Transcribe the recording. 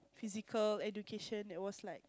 physical education it was like